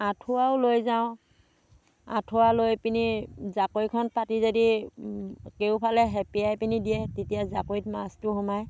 আঁঠুৱাও লৈ যাওঁ আঁঠুৱা লৈ পিনি জাকৈখন পাতি যদি কেওফালে সেপিয়াই পিনি দিয়ে তেতিয়া জাকৈত মাছটো সোমায়